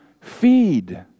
feed